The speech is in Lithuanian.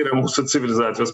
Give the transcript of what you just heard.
ir mūsų civilizacijos